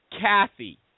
Kathy